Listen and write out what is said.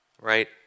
right